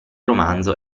romanzo